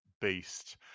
beast